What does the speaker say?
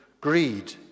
Greed